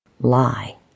lie